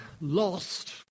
lost